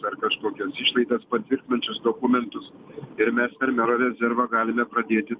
ar kažkokias išlaidas patvirtinančius dokumentus ir mes per mero rezervą galime pradėti